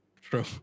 True